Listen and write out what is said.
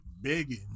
begging